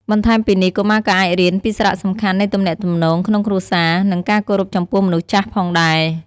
បន្ថែមពីនេះ កុមារក៏អាចរៀនពីសារៈសំខាន់នៃទំនាក់ទំនងក្នុងគ្រួសារ និងការគោរពចំពោះមនុស្សចាស់ផងដែរ។